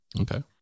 Okay